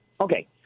Okay